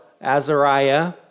Azariah